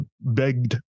begged